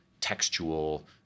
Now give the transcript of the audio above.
textual